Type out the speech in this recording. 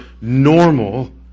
normal